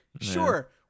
Sure